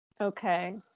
Okay